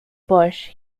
bush